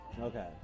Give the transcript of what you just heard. Okay